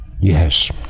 Yes